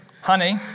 Honey